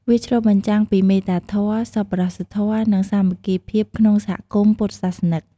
ទាំងព្រះសង្ឃ និងពុទ្ធបរិស័ទសុទ្ធតែមានតួនាទីរៀងៗខ្លួនក្នុងការធានាថាភ្ញៀវមានអារម្មណ៍កក់ក្ដៅ និងបានទទួលការយកចិត្តទុកដាក់ខ្ពស់បំផុត។